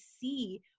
see